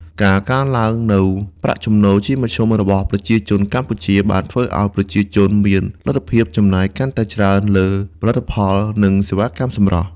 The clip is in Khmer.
ការកើនឡើងនូវប្រាក់ចំណូលជាមធ្យមរបស់ប្រជាជនកម្ពុជា បានធ្វើឱ្យប្រជាជនមានលទ្ធភាពចំណាយកាន់តែច្រើនលើផលិតផល និងសេវាកម្មសម្រស់។